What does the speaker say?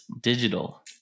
Digital